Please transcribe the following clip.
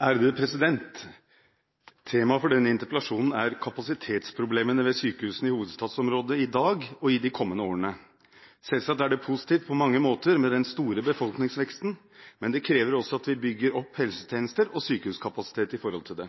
nr. 5. Temaet for denne interpellasjonen er kapasitetsproblemene ved sykehusene i hovedstadsområdet i dag og i de kommende årene. Selvsagt er det på mange måter positivt med den store befolkningsveksten, men det krever også at vi bygger opp helsetjenester og sykehuskapasitet i forhold til det.